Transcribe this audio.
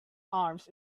arms